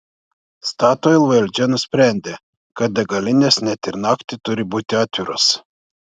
statoil valdžia nusprendė kad degalinės net ir naktį turi būti atviros